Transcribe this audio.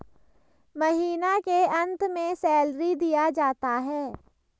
महीना के अंत में सैलरी दिया जाता है